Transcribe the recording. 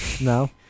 No